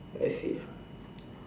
!aiya!